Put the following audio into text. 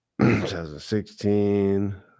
2016